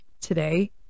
Today